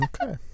okay